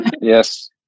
Yes